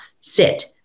Sit